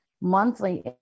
monthly